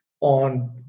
on